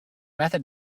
method